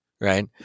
right